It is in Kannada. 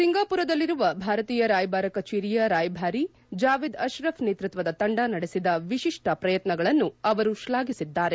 ಸಿಂಗಾಪುರದಲ್ಲಿರುವ ಭಾರತೀಯ ರಾಯಭಾರ ಕಚೇರಿಯ ರಾಯಭಾರಿ ಜಾವೇದ್ ಅಶ್ರಫ್ ನೇತೃತ್ವದ ತಂಡ ನಡೆಸಿದ ವಿಶಿಷ್ವ ಪ್ರಯತ್ನಗಳನ್ನು ಅವರು ಶ್ಲಾಘಿಸಿದ್ದಾರೆ